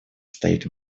стоит